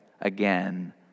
again